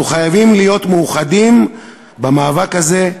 אנחנו חייבים להיות מאוחדים במאבק הזה".